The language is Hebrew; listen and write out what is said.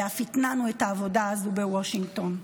ואף התנענו את העבודה הזו בוושינגטון.